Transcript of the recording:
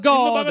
God